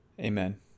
Amen